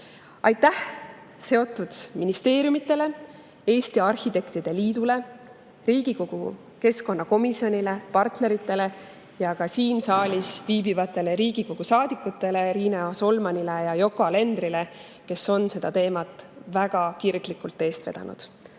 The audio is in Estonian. Aitäh seotud ministeeriumidele, Eesti Arhitektide Liidule, Riigikogu keskkonnakomisjonile, partneritele ja ka siin saalis viibivatele Riigikogu saadikutele Riina Solmanile ja Yoko Alenderile, kes on seda teemat väga kirglikult eest vedanud!